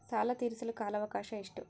ಸಾಲ ತೇರಿಸಲು ಕಾಲ ಅವಕಾಶ ಎಷ್ಟು?